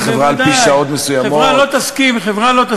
לחברה על-פי שעות מסוימות.